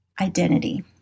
identity